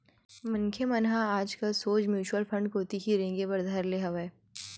मनखे मन ह आजकल सोझ म्युचुअल फंड कोती ही रेंगे बर धर ले हवय